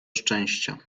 szczęścia